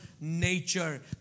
nature